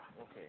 Okay